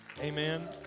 Amen